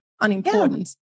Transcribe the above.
unimportant